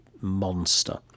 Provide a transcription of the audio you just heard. monster